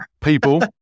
People